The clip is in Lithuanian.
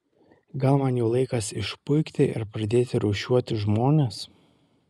gal man jau laikas išpuikti ir pradėti rūšiuoti žmones